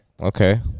okay